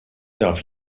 darf